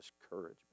discouragement